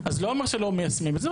אז זה לא אומר שלא מיישמים את זה,